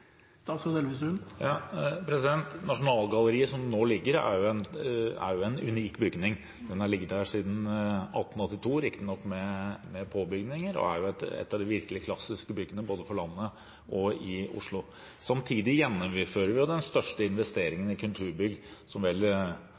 Nasjonalgalleriet slik det nå ligger, er en unik bygning. Den har ligget der siden 1882, riktignok med påbygg, og det er et av de virkelig klassiske byggene både for landet og i Oslo. Samtidig gjennomfører vi den største investeringen i kulturbygg som vel